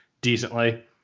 decently